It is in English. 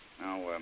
Now